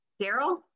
Daryl